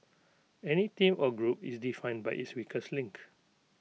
any team or group is defined by its weakest link